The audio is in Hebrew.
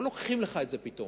לא לוקחים לך את זה פתאום.